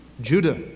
Judah